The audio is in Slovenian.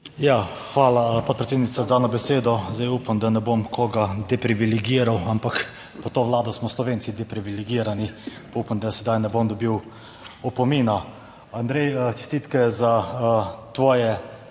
Ja, hvala podpredsednica za dano besedo. Zdaj upam, da ne bom koga deprivilegiral, ampak pod to Vlado smo Slovenci deprivilegirani, pa upam, da sedaj ne bom dobil opomina. Andrej, čestitke za tvoje